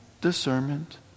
discernment